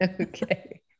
Okay